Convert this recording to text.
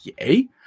Yay